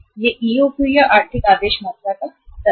यह ईओक्यू या आर्थिक आदेश मात्रा का स्तर है